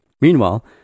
Meanwhile